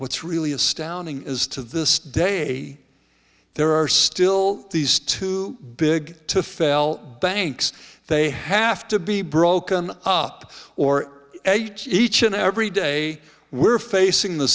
what's really astounding is to this day there are still these too big to fail banks they have to be broken up or eight each and every day we're facing the